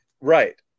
right